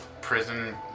prison